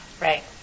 right